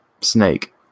snake